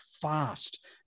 fast